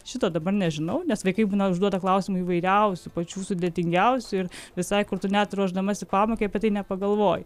šito dabar nežinau nes vaikai būna užduota klausimų įvairiausių pačių sudėtingiausių ir visai kur tu net ruošdamasi pamokai apie tai nepagalvoji